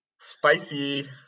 Spicy